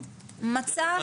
מצב....